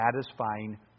satisfying